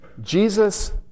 Jesus